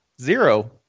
zero